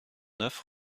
neuf